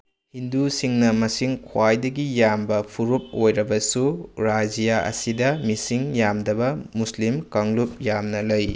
ꯍꯤꯟꯗꯨꯁꯤꯡꯅ ꯃꯁꯤꯡ ꯈ꯭ꯋꯥꯏꯗꯒꯤ ꯌꯥꯝꯕ ꯐꯨꯔꯨꯞ ꯑꯣꯏꯔꯕꯁꯨ ꯔꯥꯖ꯭ꯌꯥ ꯑꯁꯤꯗ ꯃꯤꯁꯤꯡ ꯌꯥꯝꯗꯕ ꯃꯨꯁꯂꯤꯝ ꯀꯥꯡꯂꯨꯞ ꯌꯥꯝꯅ ꯂꯩ